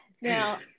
Now